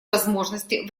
возможности